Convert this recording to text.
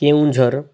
Keonjhar